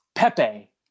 Pepe